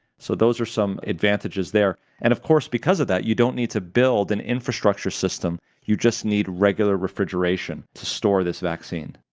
so those are some advantages there. and of course because of that you don't need to build an infrastructure system, you just need regular refrigeration to store this vaccine.